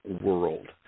world